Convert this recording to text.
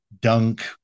dunk